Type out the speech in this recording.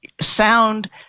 sound